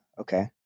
okay